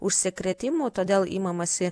užsikrėtimų todėl imamasi